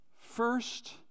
first